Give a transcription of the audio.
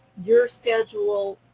your schedule,